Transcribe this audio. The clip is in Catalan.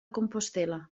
compostel·la